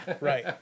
right